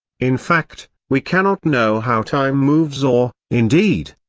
in fact, we cannot know how time moves or, indeed,